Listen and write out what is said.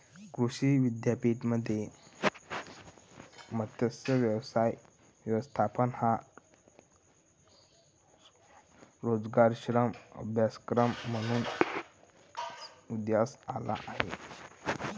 कृषी विद्यापीठांमध्ये मत्स्य व्यवसाय व्यवस्थापन हा रोजगारक्षम अभ्यासक्रम म्हणून उदयास आला आहे